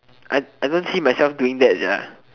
I I don't see myself doing that sia